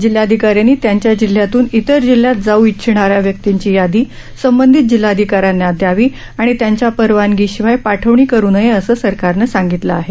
जिल्हाधिकाऱ्यांनी त्यांच्या जिल्ह्यातून इतर जिल्ह्यात जाऊ इच्छिणाऱ्या व्यक्तींची यादी संबंधित जिल्हाधिकाऱ्यांना दयावी आणि त्यांच्या परवानगी शिवाय पाठवणी करू नये असं सरकारनं सांगितलं आहे